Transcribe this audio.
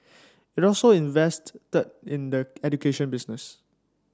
it also invested the in the education business